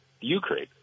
Ukraine